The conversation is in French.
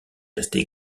resté